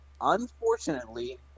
Unfortunately